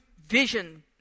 vision